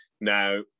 Now